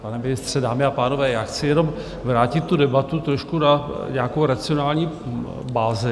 Pane ministře, dámy a pánové, já chci jenom vrátit tu debatu trošku na nějakou racionální bázi.